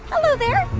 hello there.